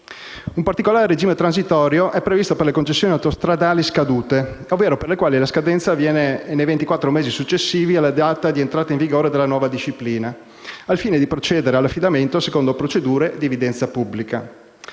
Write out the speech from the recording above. Un particolare regime transitorio è previsto per le concessioni autostradali scadute, ovvero per le quali la scadenza viene nei ventiquattro mesi successivi alla data di entrata in vigore della nuova disciplina, al fine di procedere all'affidamento secondo procedure di evidenza pubblica.